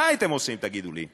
מה הייתם עושים, תגידו לי?